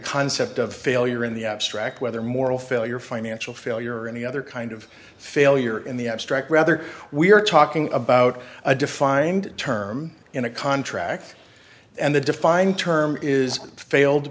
concept of failure in the abstract whether moral failure financial failure or any other kind of failure in the abstract rather we are talking about a defined term in a contract and the defined term is a failed